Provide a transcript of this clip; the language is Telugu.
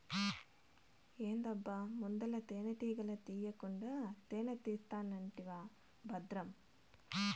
ఏందబ్బా ముందల తేనెటీగల తీకుండా తేనే తీస్తానంటివా బద్రం